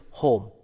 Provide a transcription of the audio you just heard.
home